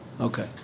Okay